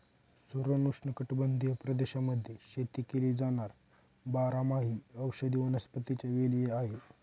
सुरण उष्णकटिबंधीय प्रदेशांमध्ये शेती केली जाणार बारमाही औषधी वनस्पतीच्या वेली आहे